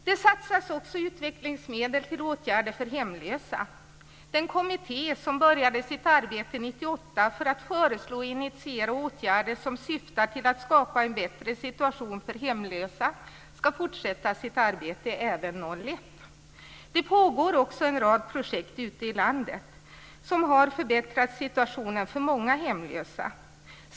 Det satsas också utvecklingsmedel till åtgärder för hemlösa. Den kommitté som började sitt arbete 1998 för att föreslå och initiera åtgärder som syftar till att skapa en bättre situation för hemlösa ska fortsätta sitt arbete även 2001. Det pågår också en rad projekt ute i landet som har förbättrat situationen för många hemlösa.